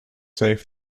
safe